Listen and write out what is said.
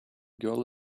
girl